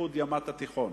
איחוד למען הים התיכון,